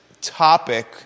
topic